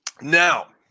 Now